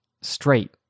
straight